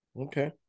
Okay